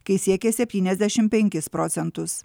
kai siekė septyniasdešimt penkis procentus